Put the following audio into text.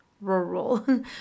rural